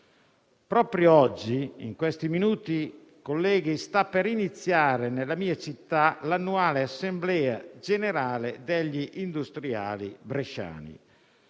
proprio oggi, in questi minuti, sta per iniziare nella mia città l'annuale assemblea generale degli industriali bresciani.